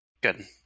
good